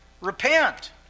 repent